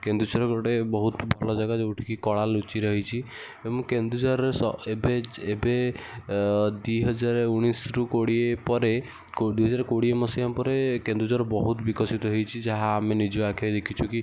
କେନ୍ଦୁଝର ଗୋଟେ ବହୁତ ଭଲ ଜାଗା ଯେଉଁଠିକି କଳା ଲୁଚି ରହିଛି ଏବଂ କେନ୍ଦୁଝର ଏବେ ଏବେ ଦୁଇ ହଜାର ଉଣାଇଶିଠୁ କୋଡ଼ିଏ ପରେ ଦୁଇ ହଜାର କୋଡ଼ିଏ ମସିହା ପରେ କେନ୍ଦୁଝର ବହୁତ ବିକଶିତ ହେଇଛି ଯାହା ଆମେ ନିଜ ଆଖିରେ ଦେଖିଛୁ କି